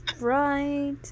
right